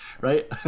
right